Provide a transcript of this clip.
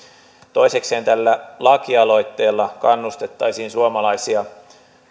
toisekseen tällä lakialoitteella kannustettaisiin suomalaisia